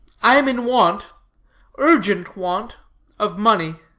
i am in want urgent want of money.